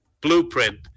blueprint